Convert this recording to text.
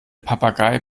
papagei